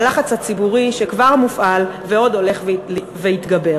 הלחץ הציבורי שכבר מופעל ועוד ילך ויתגבר.